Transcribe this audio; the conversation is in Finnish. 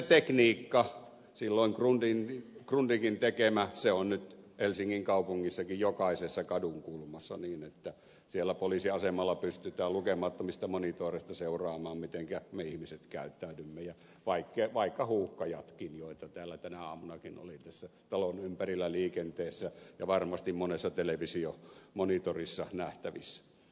no se tekniikka silloin grundigin tekemä on nyt helsingin kaupungissakin jokaisessa kadunkulmassa niin että siellä poliisiasemalla pystytään lukemattomista monitoreista seuraamaan mitenkä me ihmiset käyttäydymme ja vaikka huuhkajatkin joita täällä tänä aamunakin oli tässä talon ympärillä liikenteessä ja varmasti monessa televisiomonitorissa nähtävissä